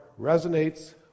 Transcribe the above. resonates